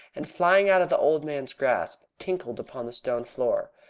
and flying out of the old man's grasp, tinkled upon the stone floor.